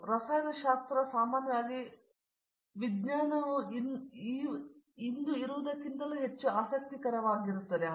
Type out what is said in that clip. ಆದ್ದರಿಂದ ರಸಾಯನಶಾಸ್ತ್ರ ಸಾಮಾನ್ಯವಾಗಿ ವಿಜ್ಞಾನವು ಇಂದಿನದಕ್ಕಿಂತ ಹೆಚ್ಚು ಆಸಕ್ತಿಕರವಾಗಿರುತ್ತದೆ